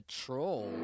troll